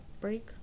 break